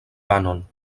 panon